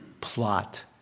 plot